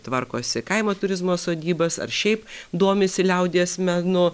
tvarkosi kaimo turizmo sodybas ar šiaip domisi liaudies menu